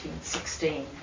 1916